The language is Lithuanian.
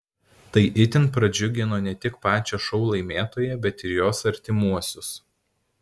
tai itin pradžiugino ne tik pačią šou laimėtoją bet ir jos artimuosius